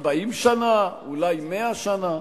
40 שנה, אולי 100 שנה,